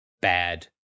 bad